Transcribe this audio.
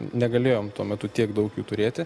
negalėjome tuo metu tiek daug jų turėti